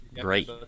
great